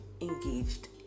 engaged